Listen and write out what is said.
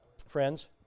friends